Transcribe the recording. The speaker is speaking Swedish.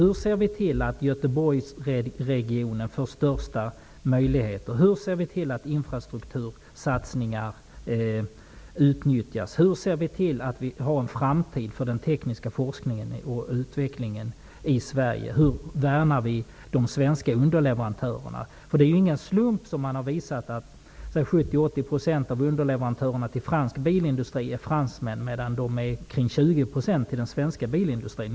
Hur ser vi till att Göteborgsregionen får de största möjligheterna? Hur ser vi till att infrastruktursatsningar utnyttjas? Hur ser vi till att det finns en framtid för den tekniska forskningen och utvecklingen i Sverige? Hur värnar vi de svenska underleverantörerna? Det är ju inte en slump att 70--80 % av underleverantörerna till fransk bilindustri är fransmän, medan motsvarande siffra är ungefär 20 % när det gäller den svenska bilindustrin.